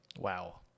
Wow